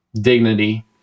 dignity